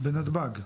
בנתב"ג?